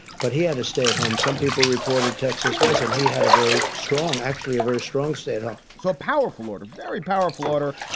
but he had a stay at home, some people reported. texas was. and he had a very strong actually a very strong state um so a powerful order, very powerful order,